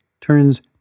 turns